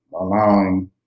allowing